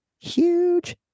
huge